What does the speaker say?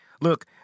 look